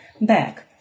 back